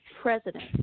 president